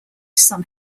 some